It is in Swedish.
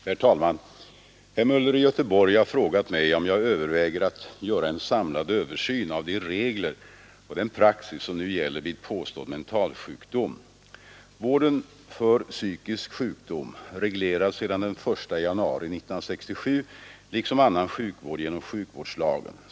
Herr talman! Herr Möller i Göteborg har frågat mig om jag överväger att göra en samlad översyn av de regler och den praxis som nu gäller vid påstådd mentalsjukdom. Vården för psykisk sjukdom regleras sedan den 1 januari 1967 liksom annan sjukvård genom sjukvårdslagen.